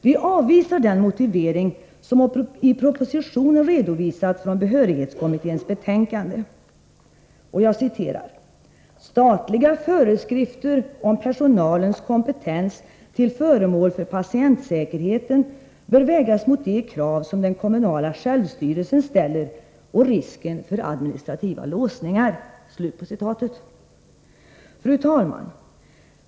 Vi avvisar den motivering som i propositionen redovisats från behörighetskommitténs betänkande: ”Statliga föreskrifter om personalens kompetens till föremål för patientsäkerheten bör vägas mot de krav som den kommunala självstyrelsen ställer och risken för administrativa låsningar.” Fru talman!